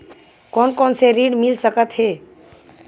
कोन कोन से ऋण मिल सकत हे?